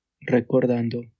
recordando